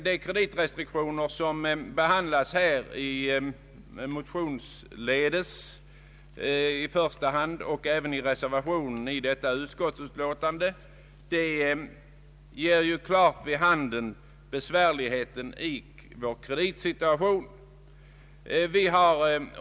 De kreditrestriktioner som vi tagit upp motionsledes och även i reservationen till detta utskottsutlåtande ger klart vid handen besvärligheterna i vår kreditsituation.